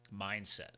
mindset